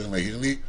יותר נהיר לי,